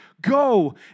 Go